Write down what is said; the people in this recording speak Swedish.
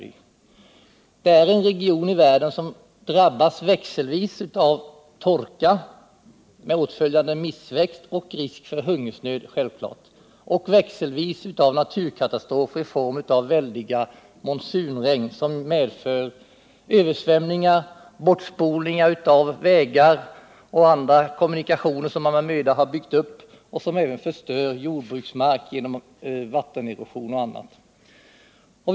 Landet ligger i en region av världen som drabbas växelvis av torka med åtföljande missväxt och risk för hungersnöd, växelvis av naturkatastrofer i form av väldiga monsunregn, som medför översvämningar och bortspolning av vägar och andra kommunikationer som man med möda har byggt upp. Dessutom förstörs jordbruksmark genom vattenerosion osv.